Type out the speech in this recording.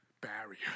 barrier